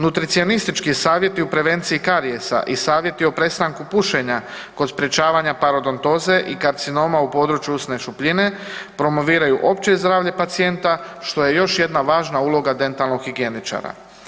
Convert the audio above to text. Nutricionistički savjeti u prevencija karijesa i savjeti o prestanku pušenje kod sprečavanja paradentoze i karcinoma u području usne šupljine, promoviraju opće zdravlje pacijenta što je još jedna važna uloga dentalnog higijeničara.